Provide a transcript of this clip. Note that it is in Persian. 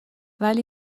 ولی